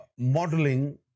modeling